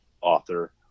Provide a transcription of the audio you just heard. author